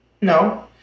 No